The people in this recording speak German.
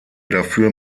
dafür